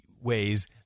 ways